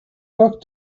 work